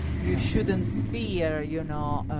you shouldn't fear, you know,